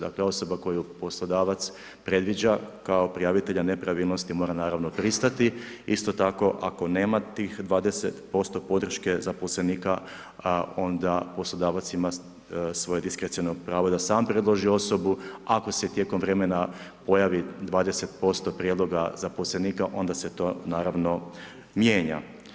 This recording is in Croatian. Dakle osoba koju poslodavac predviđa kao prijavitelja nepravilnosti mora naravno pristati, isto tako ako nema tih 20% podrške zaposlenika a onda poslodavac ima svoje diskreciono pravo da sam predloži osobu ako se tijekom vremena pojavi 20% prijedloga zaposlenika onda se to naravno mijenja.